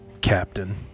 Captain